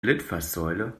litfaßsäule